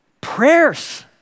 prayers